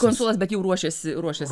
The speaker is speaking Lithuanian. konsulas bet jau ruošėsi ruošėsi